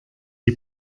die